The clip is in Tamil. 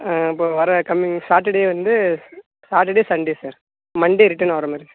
இப்போ வர கம்மிங் சாட்டர்டே வந்து Saturday Sunday sir Monday return ஆவுரமாதிரி